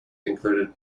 included